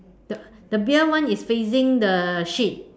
the the beer one is facing the sheet